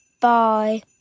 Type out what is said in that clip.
Bye